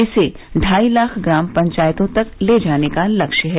इसे ढाई लाख ग्राम पंचायतों तक ले जाने का लक्ष्य है